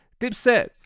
dipset